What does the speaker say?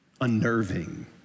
unnerving